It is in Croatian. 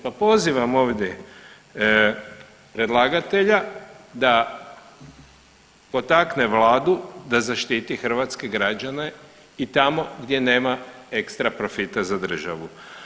Pa pozivam ovdje predlagatelja da potakne vladu da zaštiti hrvatske građane i tamo gdje nama ekstra profita za državu.